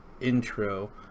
intro